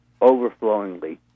overflowingly